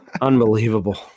Unbelievable